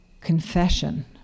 confession